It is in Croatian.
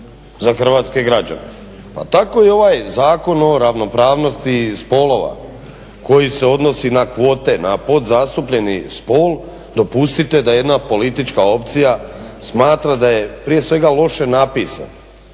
za hrvatske građane. Pa tako i ovaj Zakon o ravnopravnosti spolova koji se odnosi na kvote, na podzastupljeni spol, dopustite da jedna politička opcija smatra da je prije svega loše napisan,